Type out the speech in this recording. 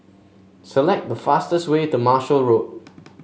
select the fastest way to Marshall Road